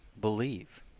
believe